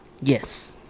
yes